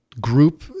group